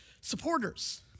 supporters